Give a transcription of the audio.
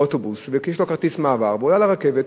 באוטובוס ויש לו כרטיס מעבר והוא עלה על הרכבת,